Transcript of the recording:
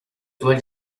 dois